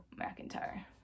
mcintyre